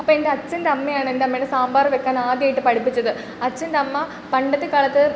അപ്പം എൻ്റെ അച്ഛൻ്റമ്മയാണ് എൻ്റമ്മേനെ സാമ്പാർ വെക്കാൻ ആദ്യമായിട്ട് പഠിപ്പിച്ചത് അച്ഛൻ്റമ്മ പണ്ടത്തെ കാലത്ത്